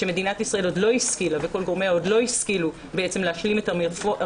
שמדינת ישראל עוד לא השכילה וכל גורמיה עוד לא השכילו להשלים את הרפורמה